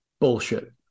bullshit